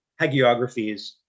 hagiographies